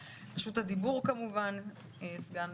בבקשה, סגן